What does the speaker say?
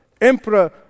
Emperor